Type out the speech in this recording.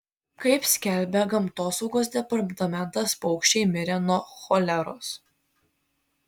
kaip skelbia gamtosaugos departamentas paukščiai mirė nuo choleros